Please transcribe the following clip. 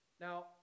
Now